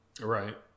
Right